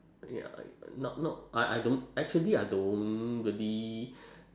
ya not not I I don't actually I don't really